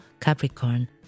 Capricorn